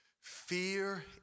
fear